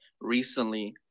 recently